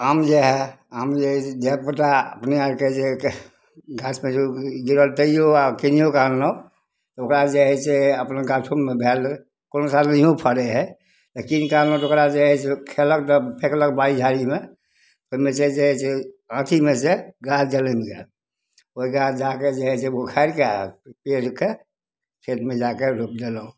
आम जे हइ आम जे हइ से धिआपुता अपने आरके घासमे जो गिरल तैओ आओर किनिओके आनलहुँ ओकरा जे हइ से अपना गाछोमे भेल कोनो साल नहिओ फड़ै हइ किनिके आनलहुँ तऽ ओकरा जे हइ से खएलक तब फेकलक बाड़ी झाड़ीमे ओहिमे छै जे आँठीमे से गाछ जनमि गेल ओहि गाछ जाके जे हइ से उखाड़िके पेड़के खेतमे जाके रोपि देलहुँ